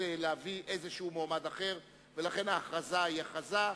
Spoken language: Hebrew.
להביא מועמד אחר, ולכן ההכרזה היא הכרזה.